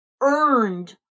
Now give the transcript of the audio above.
earned